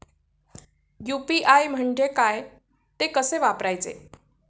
UPI म्हणजे काय, ते कसे वापरायचे?